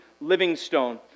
Livingstone